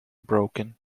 broken